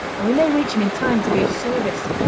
and we may reach him in time to be of service.